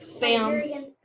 Bam